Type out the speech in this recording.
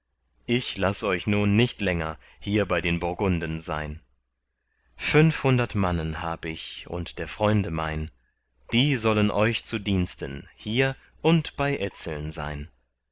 ich laß euch nun nicht länger hier bei den burgunden sein fünfhundert mannen hab ich und der freunde mein die sollen euch zu diensten hier und bei etzeln sein